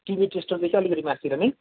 Tibet स्टोरदेखि अलिकति माथितिर नि